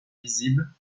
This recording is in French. visibles